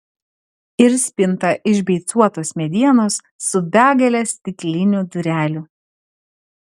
ir spinta iš beicuotos medienos su begale stiklinių durelių